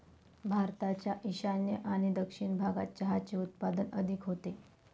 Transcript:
भारताच्या ईशान्य आणि दक्षिण भागात चहाचे उत्पादन अधिक होते